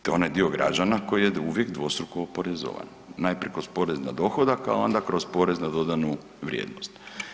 To je onaj dio građana koji je uvijek dvostruko oporezovan, najprije kroz porez na dohodak, a onda kroz porez na dodanu vrijednost.